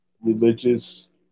religious